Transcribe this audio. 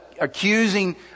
accusing